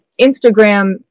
instagram